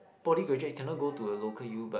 poly graduate cannot go to a local U but